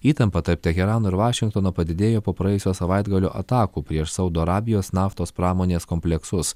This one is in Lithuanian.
įtampa tarp teherano ir vašingtono padidėjo po praėjusio savaitgalio atakų prieš saudo arabijos naftos pramonės kompleksus